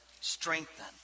Strengthen